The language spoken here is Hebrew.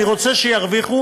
אני רוצה שירוויחו,